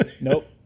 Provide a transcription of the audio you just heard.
Nope